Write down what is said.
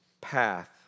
path